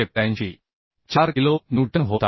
4 kilonewton होत आहे